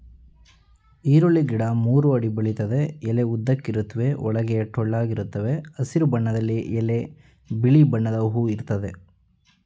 ಈರುಳ್ಳಿ ಗಿಡ ಮೂರು ಅಡಿ ಬೆಳಿತದೆ ಎಲೆ ಉದ್ದಕ್ಕಿರುತ್ವೆ ಒಳಗೆ ಟೊಳ್ಳಾಗಿರ್ತವೆ ಹಸಿರು ಬಣ್ಣದಲ್ಲಿ ಎಲೆ ಬಿಳಿ ಬಣ್ಣದ ಹೂ ಇರ್ತದೆ